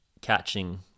catching